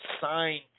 signed